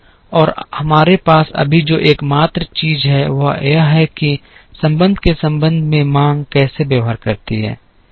और हमारे पास अभी जो एकमात्र चीज है वह यह है कि समय के संबंध में मांग कैसे व्यवहार करती है